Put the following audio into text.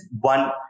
one